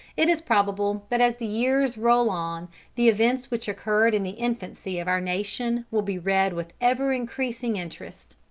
it is probable that as the years roll on the events which occurred in the infancy of our nation will be read with ever-increasing interest.